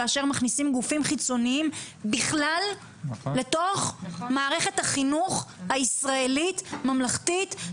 כשמכניסים גופים חיצוניים בכלל לתוך מערכת החינוך הישראלית הממלכתית,